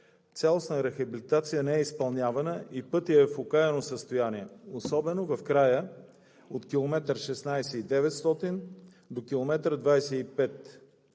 цялостна рехабилитация не е изпълнявана и пътят е в окаяно състояние особено в края от км 16+900, до км 25.